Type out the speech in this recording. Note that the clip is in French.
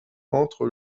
entre